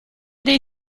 dei